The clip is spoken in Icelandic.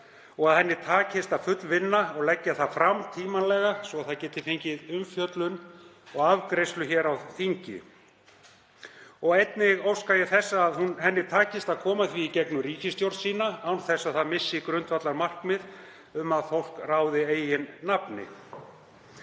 og að henni takist að fullvinna það og leggja fram tímanlega svo að það geti fengið umfjöllun og afgreiðslu hér á þingi. Einnig óska ég þess að henni takist að koma því í gegnum ríkisstjórn sína án þess að það missi grundvallarmarkmiðið um að fólk ráði eigin nafni.